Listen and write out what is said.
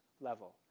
level